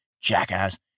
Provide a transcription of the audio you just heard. jackass